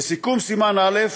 לסיכום סימן א':